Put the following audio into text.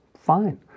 fine